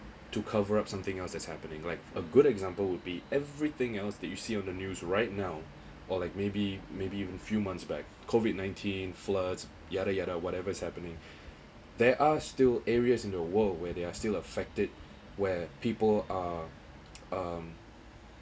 to cover up something else that's happening like a good example will be everything else that you see on the news right now or like maybe maybe a few months back COVID nineteen floods yada yada whatever is happening there are still areas in the world where they are still affected where people are um